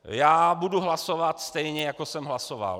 Já budu hlasovat stejně, jako jsem hlasoval.